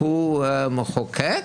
הוא מחוקק?